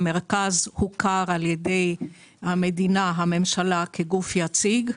המרכז הוכר על ידי המדינה, הממשלה, כגוף יציג.